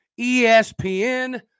ESPN